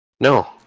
No